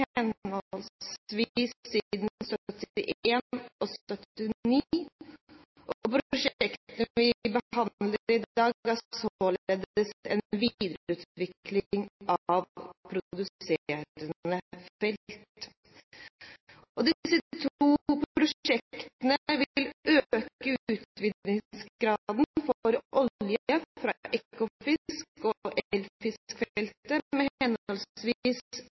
og 1979. Prosjektene vi behandler i dag er således en videreutvikling av produserende felt. Disse to prosjektene vil øke utvinningsgraden for olje fra Ekofisk-feltet og